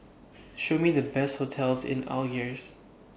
Show Me The Best hotels in Algiers